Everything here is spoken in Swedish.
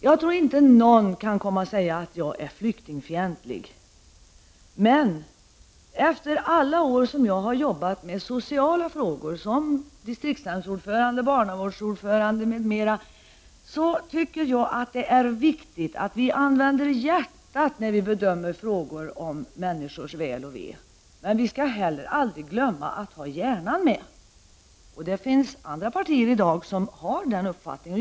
Jag tror inte att någon kan komma och säga att jag är flyktingfientlig. Mot bakgrund av att jag i många år har arbetat med sociala frågor som distriktsnämndsordförande, barnavårdsnämndsordförande m.m. tycker jag att det är viktigt att vi använder hjärtat när vi bedömer frågor om människors väl och ve. Vi får heller aldrig glömma bort att använda hjärnan. Det finns även andra partier som i dag har den uppfattningen.